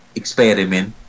experiment